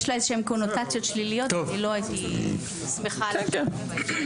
יש לה איזשהן קונוטציות שליליות ואני לא הייתי שמחה על השימוש בה.